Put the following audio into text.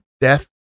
death